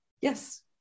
Yes